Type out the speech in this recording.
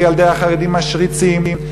וילדי החרדים משריצים,